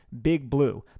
BIGBLUE